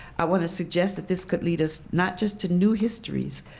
i want to suggest that this could lead us, not just to new histories,